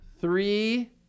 three